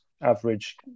average